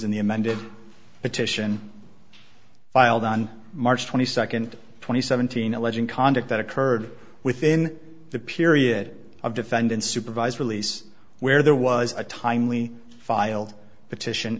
in the amended petition filed on march twenty second twenty seventeen alleging conduct that occurred within the period of defendant supervised release where there was a timely filed petition